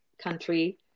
country